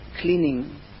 cleaning